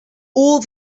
all